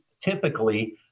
typically